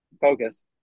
focus